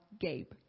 Gabe